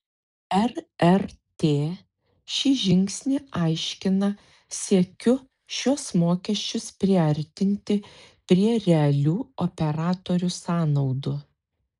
rrt šį žingsnį aiškina siekiu šiuos mokesčius priartinti prie realių operatorių sąnaudų